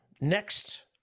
next